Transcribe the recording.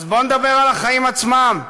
אז בוא נדבר על החיים עצמם.